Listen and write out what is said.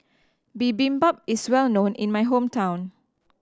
bibimbap is well known in my hometown